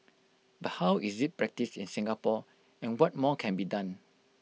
but how is IT practised in Singapore and what more can be done